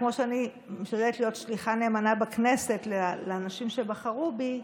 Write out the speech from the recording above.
כמו שאני משתדלת להיות שליחה נאמנה בכנסת לאנשים שבחרו בי,